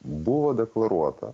buvo deklaruota